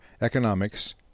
Economics